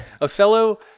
othello